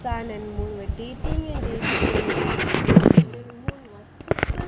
sun and moon were dating and dating then moon was so